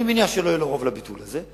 אני מניח שלא יהיה לו רוב לביטול הזה,